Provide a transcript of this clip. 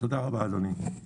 תודה רבה לכולם.